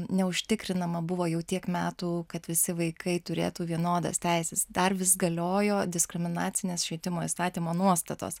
neužtikrinama buvo jau tiek metų kad visi vaikai turėtų vienodas teises dar vis galiojo diskriminacinės švietimo įstatymo nuostatos